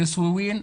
סוואווין,